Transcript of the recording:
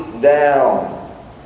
down